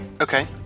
Okay